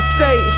say